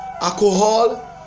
alcohol